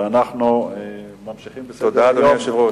אני קובע שהצעת החוק לתיקון פקודת בריאות הציבור (מזון)